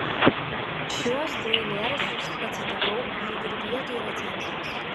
šiuos du eilėraščius pacitavau lyg ir vietoj recenzijos